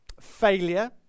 failure